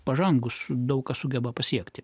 pažangūs daug ką sugeba pasiekti